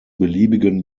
beliebigen